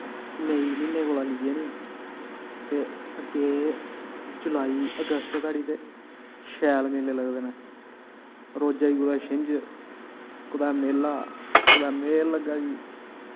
मई म्हीने कोला लेइयै नी ते अग्गें जुलाई अगस्त तोड़ी ते शैल मेले लगदे ने रोजे दी कुतै छिंज कुतै मेला कुतै मेल लग्गा दी